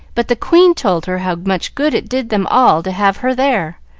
but the queen told her how much good it did them all to have her there,